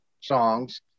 songs